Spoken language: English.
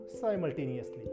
simultaneously